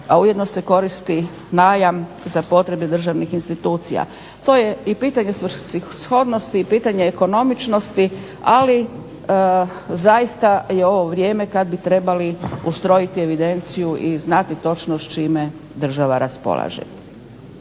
a ujedno se koristi najam za potrebe državnih institucija. To je i pitanje svrsishodnosti i pitanje ekonomičnosti, ali zaista je ovo vrijeme kad bi trebali ustrojiti evidenciju i znati točno s čime država raspolaže.